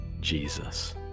Jesus